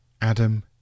adam